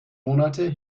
monate